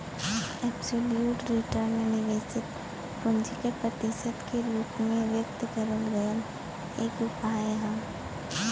absolute return निवेशित पूंजी के प्रतिशत के रूप में व्यक्त करल गयल एक उपाय हौ